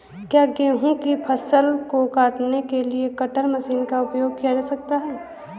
क्या गेहूँ की फसल को काटने के लिए कटर मशीन का उपयोग किया जा सकता है?